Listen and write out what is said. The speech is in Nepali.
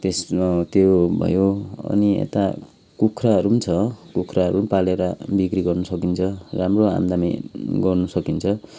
त्यसमा त्यो भयो अनि यता कुखुराहरू पनि छ कुखराहरू पालेर बिक्री गर्नु सकिन्छ राम्रो आमदानी गर्नु सकिन्छ